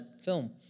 film